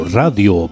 radio